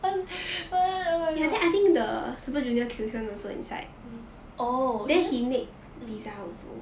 oh my god oh isn't